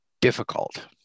difficult